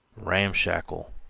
ramshackle,